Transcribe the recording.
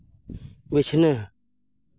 ᱵᱤᱪᱷᱱᱟᱹ